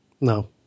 No